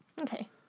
Okay